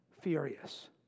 furious